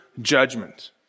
judgment